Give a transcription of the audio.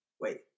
wait